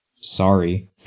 Sorry